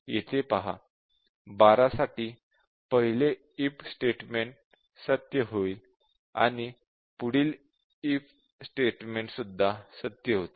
येथे पहा 12 साठी पहिले इफ स्टेटमेंट सत्य असेल आणि पुढील इफ स्टेटमेंट सुद्धा सत्य होईल